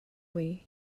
lee